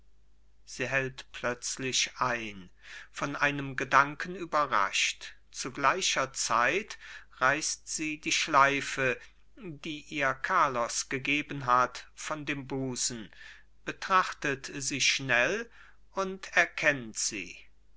sie hält plötzlich ein von einem gedanken überrascht zu gleicher zeit reißt sie die schleife die ihr carlos gegeben hat von dem busen betrachtet sie schnell und erkennt sie